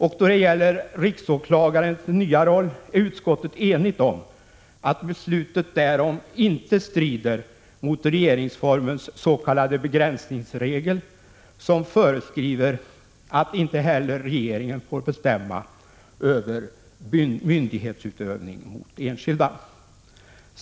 Vad gäller riksåklagarens nya roll är utskottet enigt om att beslutet därom inte strider mot regeringsformenss.k. begränsningsregel, som föreskriver att inte heller regeringen får bestämma över myndighetsutövning mot enskilda.